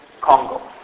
Congo